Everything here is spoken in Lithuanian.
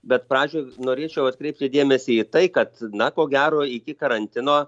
bet pradžioj norėčiau atkreipti dėmesį į tai kad na ko gero iki karantino